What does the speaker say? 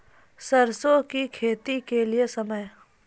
सरसों की खेती के लिए समय?